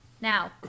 Now